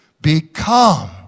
Become